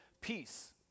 Peace